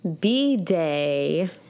B-Day